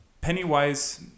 Pennywise